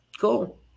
cool